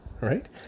right